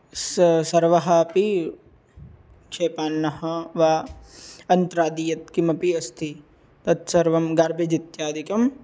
स्स सर्वः अपि क्षेपान्नः वा अन्त्रादिः यत् किमपि अस्ति तत्सर्वं गार्बेज् इत्यादिकं